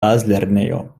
bazlernejo